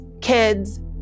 kids